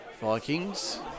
Vikings